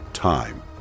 Time